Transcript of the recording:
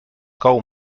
cou